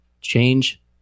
change